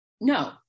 No